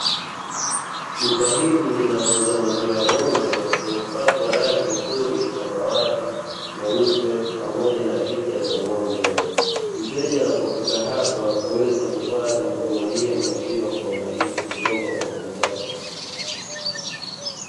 Duka hili linalouza maziwa ya ng'ombe limepakwa rangi nzuri ya samawati, nyeupe pamoja na picha za ng'ombe. Mteja anapofika hapa huweza kupata huduma hii ya maziwa kwa urahisi kutoka kwa muuzaji.